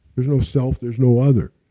there's no self, there's no other.